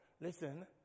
listen